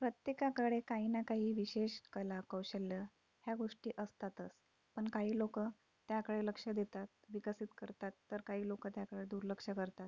प्रत्येकाकडे काही ना काही विशेष कलाकौशल्य ह्या गोष्टी असतातच पण काही लोक त्याकडे लक्ष देतात विकसित करतात तर काही लोक त्याकडे दुर्लक्ष करतात